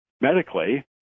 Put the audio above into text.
medically